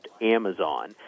Amazon